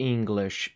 English